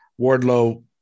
Wardlow